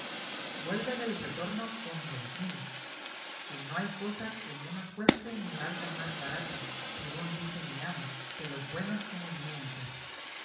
vuélvele el retorno con dos mil que no hay cosa que menos cueste ni valga más barata según dice mi amo que los buenos comedimientos